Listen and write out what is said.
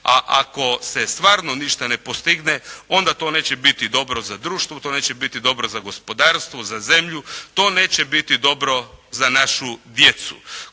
A ako se stvarno ništa ne postigne onda to neće biti dobro za društvo, to neće biti dobro za gospodarstvo, za zemlju, to neće biti dobro za našu djecu